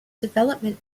development